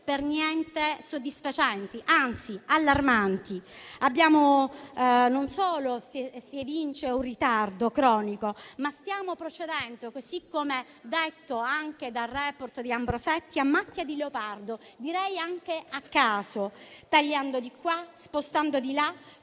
per niente soddisfacenti, ma anzi sono allarmanti. Non solo si evince un ritardo cronico, ma anche che stiamo procedendo - così come detto anche dal *report* di Ambrosetti - a macchia di leopardo, direi anche a caso, tagliando di qua, spostando di là,